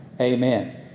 amen